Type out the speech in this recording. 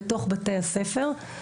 בתוך בתי הספר.